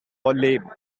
lame